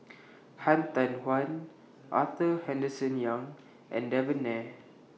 Han Tan Huan Arthur Henderson Young and Devan Nair